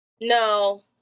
No